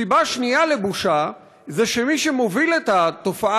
סיבה שנייה לבושה זה שמי שמוביל את התופעה